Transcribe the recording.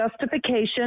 justification